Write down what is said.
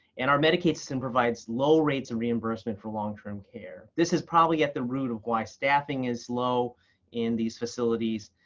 and our medicaid system provides low rates and reimbursement for long-term care. this is probably at the root of why staffing is low in these facilities.